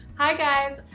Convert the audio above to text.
hi guys,